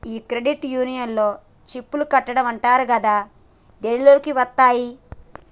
ఈ క్రెడిట్ యూనియన్లో సిప్ లు కట్టడం అంటారు కదా దీనిలోకి వత్తాయి